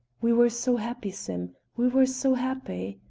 we were so happy, sim, we were so happy!